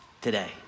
today